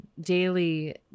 daily